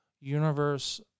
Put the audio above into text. Universe